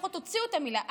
לפחות תוציאו את המילה.